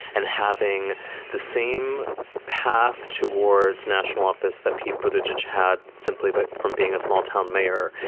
and having the same path towards national office that people to judge had simply but from being a small town mayor.